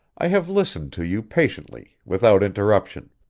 i have listened to you patiently, without interruption.